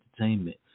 Entertainment